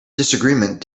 disagreement